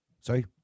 Sorry